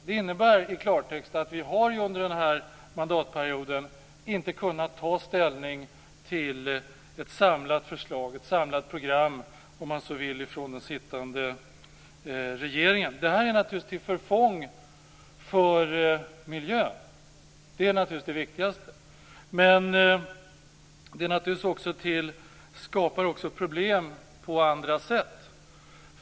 Det innebär i klartext att vi under denna mandatperiod inte har kunnat ta ställning till ett samlat program från den sittande regeringen. Det är naturligtvis till förfång för miljön. Det skapar problem också på andra sätt.